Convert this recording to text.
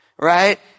right